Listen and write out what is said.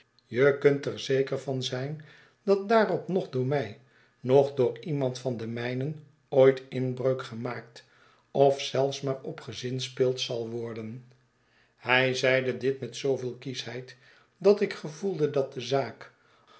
je kunterzeker van zijn dat daarop noch door mij noch door iemand van de mijnen ooit inbreuk gemaakt of zelfs maar op gezinspeeld zal worden hij zeide dit met zooveel kieschheid dat ik gevoelde dat de zaak